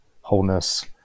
wholeness